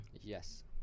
Yes